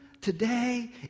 today